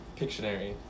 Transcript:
Pictionary